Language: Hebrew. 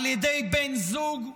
על ידי בן זוג?